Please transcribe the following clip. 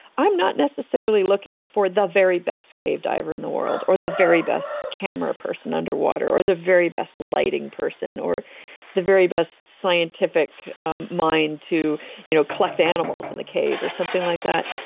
i'm not necessarily looking for the very best cave diver in the world, or the very best camera person underwater, or the very best lighting person, or the very best scientific um mind to you know collect animals in the cave or something like that.